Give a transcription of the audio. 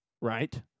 right